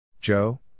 Joe